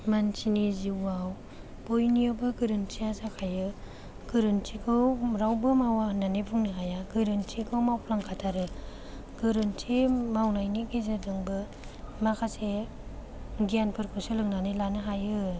मानसिनि जिउआव बयनिआबो गोरोन्थिया जाखायो गोरोन्थिखौ रावबो मावा होन्नानै बुंनो हाया गोरोन्थिखौ मावफ्लांखाथारो गोरोन्थि मावनायनि गेजेरजोंबो माखासे गियानफोरखौ सोलोंनानै लानो हायो